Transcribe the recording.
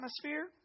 atmosphere